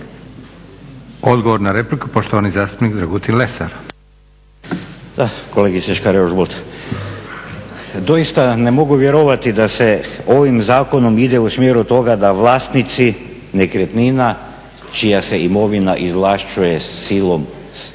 Dragutin (Hrvatski laburisti - Stranka rada)** Da, kolegice Škare-Ožbolt doista ne mogu vjerovati da se ovim zakonom ide u smjeru toga da vlasnici nekretnina čija se imovina izvlašćuje silom snagom